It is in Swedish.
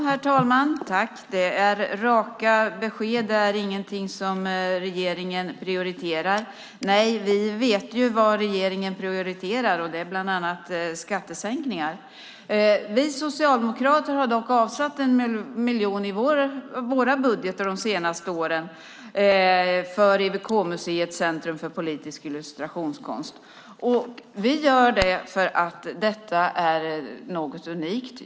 Herr talman! Det är raka besked. Det är ingenting som regeringen prioriterar. Vi vet vad regeringen prioriterar, och det är bland annat skattesänkningar. Vi socialdemokrater har dock avsatt 1 miljon i våra budgetar de senaste åren för museet Centrum för politisk illustrationskonst. Vi gör det för att det är något unikt.